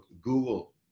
Google